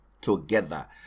together